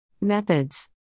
Methods